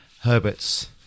Herberts